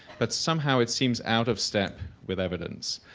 but somehow it seems out of step with evidence.